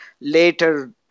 later